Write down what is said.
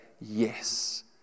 yes